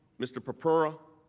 mr. purpura,